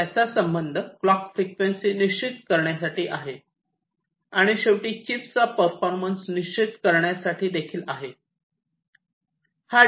त्याचा संबंध clock frequency निश्चित करण्यासाठी आहे आणि शेवटी चिप्सचा परफॉर्मन्स निश्चित करण्यासाठी देखील आहे